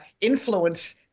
influence